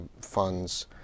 funds